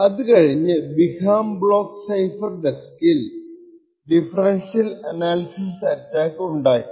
അതുകഴിഞ്ഞു Biham block cipher ഡെസ്കിൽ differential analysis attack ഉണ്ടാക്കി